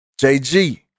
JG